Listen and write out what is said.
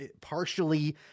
partially